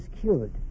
cured